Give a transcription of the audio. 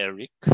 Eric